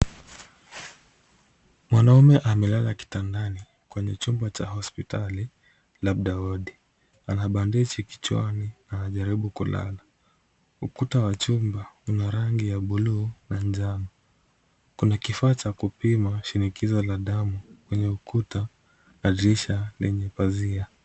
Mwanaume amelala kitandani kwenye chumba cha hospitali labda wodi. Ana badeji kichwani na anajaribu kulala. Ukuta wa chumba una rangi ya buluu na njano. Kuna kifaa cha kupima shinikizo la damu kwenye ukuta na dirisha lenye pazia.